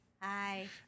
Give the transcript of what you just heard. Hi